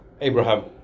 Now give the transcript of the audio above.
Abraham